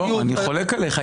לא, אני חולק עליך.